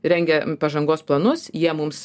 rengia pažangos planus jie mums